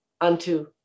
unto